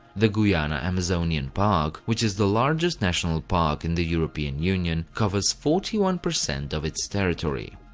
the guiana amazonian park, which is the largest national park in the european union, covers forty one percent of its territory.